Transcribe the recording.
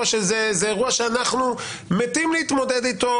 זה אירוע שאנחנו מתים להתמודד איתו.